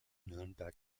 nürnberg